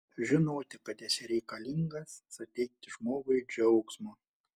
žinoti kad esi reikalingas suteikti žmogui džiaugsmo